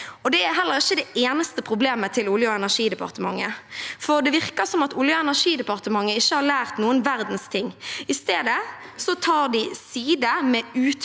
Det er heller ikke det eneste problemet til Olje- og energidepartementet, for det virker som at Olje- og energidepartementet ikke har lært noen verdens ting. I stedet tar de side med utbygger,